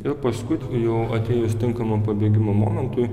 ir paskui jau atėjus tinkamam pabėgimo momentui